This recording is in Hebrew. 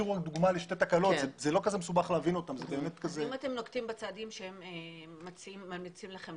אם אתם נוקטים בצעדים שהם ממליצים לכם,